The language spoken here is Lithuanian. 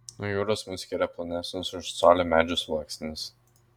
nuo jūros mus skyrė plonesnis už colį medžio sluoksnis